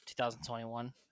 2021